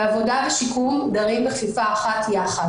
עבודה ושיקום דרים בכפיפה אחת יחד.